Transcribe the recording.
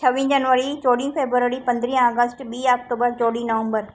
छवीह जनवरी चौॾहं फेबररी पंद्रहं अगस्त ॿ अक्टूबर चौॾहं नवम्बर